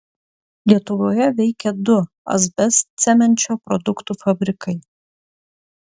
lietuvoje veikė du asbestcemenčio produktų fabrikai